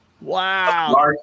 Wow